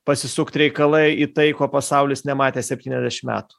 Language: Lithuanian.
pasisukt reikalai į tai ko pasaulis nematė septyniasdešim metų